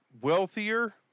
wealthier